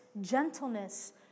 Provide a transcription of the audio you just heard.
gentleness